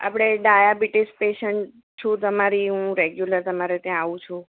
આપણે diabetes patient છું તમારી હું રેગ્યુલર તમારે ત્યાં આવું છું